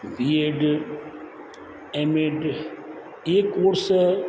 BEd MEd ईअं course